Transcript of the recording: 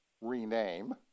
rename